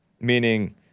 meaning